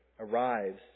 arrives